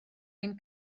ein